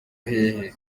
hehe